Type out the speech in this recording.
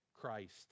Christ